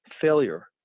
failure